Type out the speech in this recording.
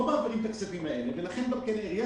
לא מעבירים את הכספים האלה ולכן העירייה